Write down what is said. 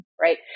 right